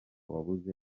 wabuze